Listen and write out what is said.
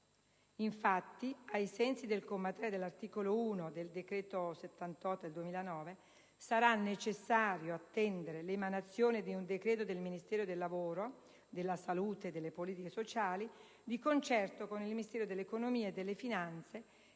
Infatti, ai sensi del comma 3 dell'articolo 1 del decreto-legge n. 78 del 2009, sarà necessario attendere l'emanazione di un decreto del Ministro del lavoro, della salute e delle politiche sociali, di concerto con il Ministro dell'economia e delle finanze,